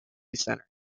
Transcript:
centre